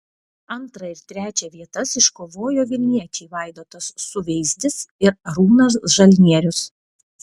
antrą ir trečią vietas iškovojo vilniečiai vaidotas suveizdis ir arūnas žalnierius